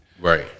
Right